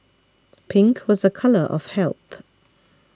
pink was a colour of health